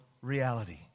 reality